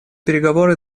переговоры